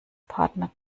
partner